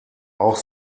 auch